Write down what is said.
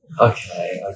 Okay